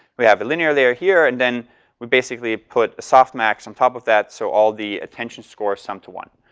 we have a linear, they're here and then we basically put a softmax on top of that, so all the attention scores sum to one.